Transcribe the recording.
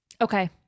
Okay